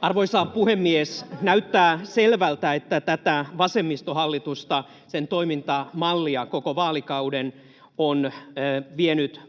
Arvoisa puhemies! Näyttää selvältä, että tätä vasemmistohallitusta, sen toimintamallia, koko vaalikauden on